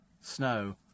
Snow